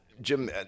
Jim